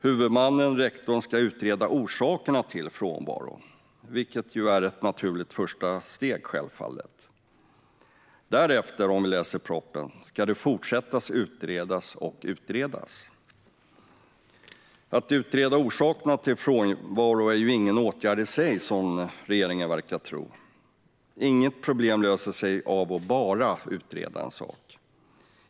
Huvudmannen och rektorn ska utreda orsakerna till frånvaron, vilket självfallet är ett naturligt första steg. Därefter ska det, som vi ser om vi läser propositionen, fortsätta att utredas och utredas. Att utreda orsakerna till frånvaro är ingen åtgärd i sig, som regeringen verkar tro. Inget problem löser sig bara av att utreda en sak.